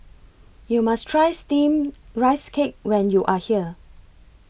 YOU must Try Steamed Rice Cake when YOU Are here